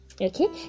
Okay